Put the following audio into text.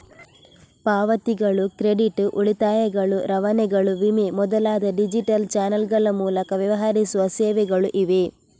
ಪಾವತಿಗಳು, ಕ್ರೆಡಿಟ್, ಉಳಿತಾಯಗಳು, ರವಾನೆಗಳು, ವಿಮೆ ಮೊದಲಾದ ಡಿಜಿಟಲ್ ಚಾನಲ್ಗಳ ಮೂಲಕ ವ್ಯವಹರಿಸುವ ಸೇವೆಗಳು ಇವೆ